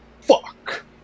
Fuck